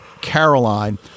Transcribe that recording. caroline